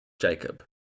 Jacob